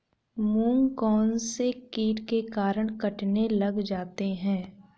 मूंग कौनसे कीट के कारण कटने लग जाते हैं?